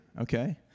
Okay